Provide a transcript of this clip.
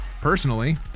Personally